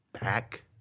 back